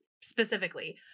specifically